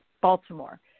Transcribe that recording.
Baltimore